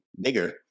bigger